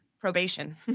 probation